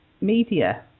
media